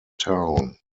town